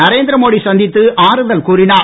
நரேந்திர மோடி சந்தித்து ஆறுதல் கூறினார்